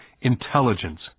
Intelligence